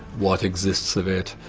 what exists of it,